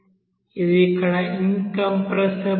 అది ఇక్కడ incompressible flow